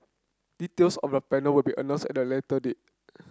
details of the panel will be announced at a later date